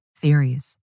theories